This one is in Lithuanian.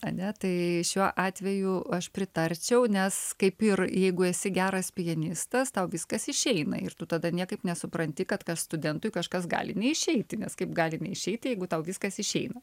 ane tai šiuo atveju aš pritarčiau nes kaip ir jeigu esi geras pianistas tau viskas išeina ir tu tada niekaip nesupranti kad kas studentui kažkas gali neišeiti nes kaip gali neišeiti jeigu tau viskas išeina